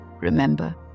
Remember